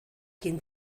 quien